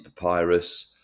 Papyrus